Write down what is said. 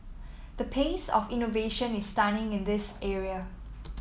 the pace of innovation is stunning in this area